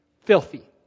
Filthy